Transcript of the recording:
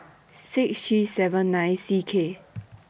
six three seven nine C K